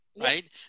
Right